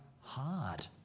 hard